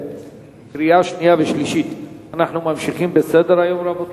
אני מצרף את קולו של יושב-ראש ועדת החוקה,